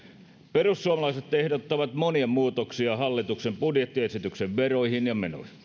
perussuomalaiset ehdottavat monia muutoksia hallituksen budjettiesityksen veroihin ja menoihin